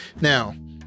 Now